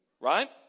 Right